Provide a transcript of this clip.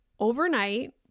overnight